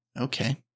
Okay